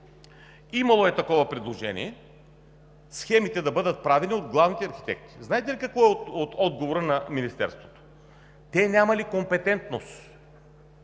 Имало е такова предложение схемите да бъдат правени от главните архитекти. Знаете ли какъв е отговорът на Министерството? Те нямали компетентност!